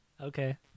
Okay